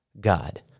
God